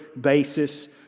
basis